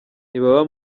ntibaba